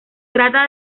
trata